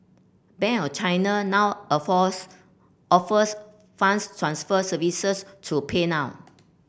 Bank of China now offers offers funds transfer services through PayNow